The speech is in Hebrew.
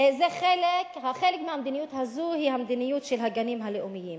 חלק מהמדיניות הזאת היא מדיניות הגנים הלאומיים.